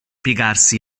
piegarsi